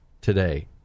today